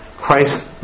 Christ